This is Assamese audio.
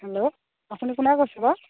হেল্ল' আপুনি কোনে কৈছে বাৰু